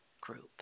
group